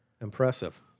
Impressive